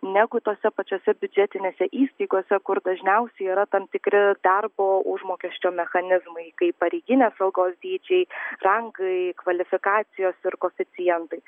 negu tose pačiose biudžetinėse įstaigose kur dažniausiai yra tam tikri darbo užmokesčio mechanizmai kaip pareiginės algos dydžiai rangai kvalifikacijos ir koeficientai